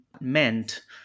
meant